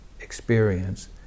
experience